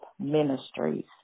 Ministries